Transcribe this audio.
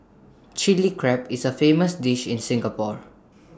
Chilli Crab is A famous dish in Singapore